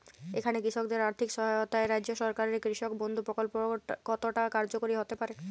এখানে কৃষকদের আর্থিক সহায়তায় রাজ্য সরকারের কৃষক বন্ধু প্রক্ল্প কতটা কার্যকরী হতে পারে?